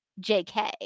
JK